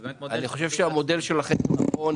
אני חושב שהמודל שלכם הוא נכון,